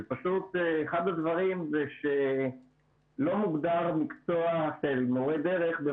אחד הדברים זה שהמקצוע מורה דרך לא